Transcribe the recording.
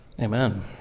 amen